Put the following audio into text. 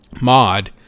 mod